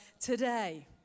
today